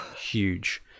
huge